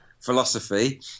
philosophy